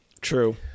True